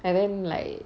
and then like